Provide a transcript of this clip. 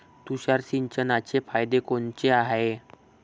तुषार सिंचनाचे फायदे कोनचे हाये?